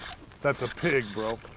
that's a pig, bro.